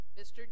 Mr